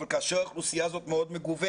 אבל האוכלוסייה הזאת מאוד מגוונת.